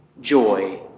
joy